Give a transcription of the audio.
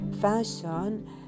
fashion